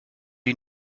you